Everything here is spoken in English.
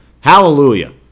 Hallelujah